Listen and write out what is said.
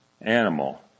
Animal